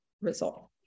result